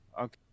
okay